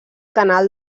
canal